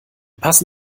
passen